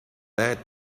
bad